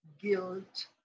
guilt